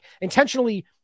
intentionally